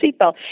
seatbelt